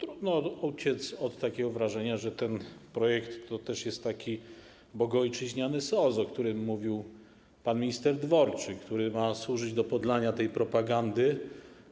Trudno nie odnieść wrażenia, że ten projekt jest bogoojczyźnianym sosem, o którym mówił pan minister Dworczyk, który ma służyć do podlania propagandy,